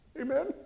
Amen